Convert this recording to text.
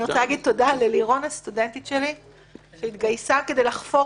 אני רוצה להגיד תודה ללירון הסטודנטית שלי שהתגייסה כדי לחפור